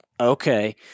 okay